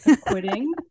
quitting